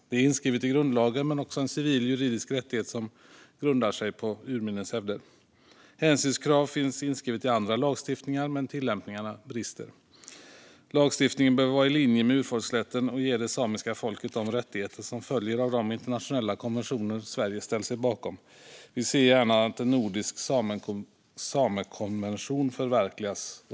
Den är inskriven i grundlagen men är också en civil juridisk rättighet som grundar sig på urminnes hävd. Hänsynskravet finns inskrivet i andra lagstiftningar, men tillämpningen brister. Lagstiftningen behöver vara i linje med urfolksrätten och ge det samiska folket de rättigheter som följer av de internationella konventioner Sverige ställt sig bakom. Vi ser gärna att en nordisk samekonvention förverkligas.